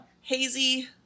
hazy